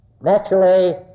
Naturally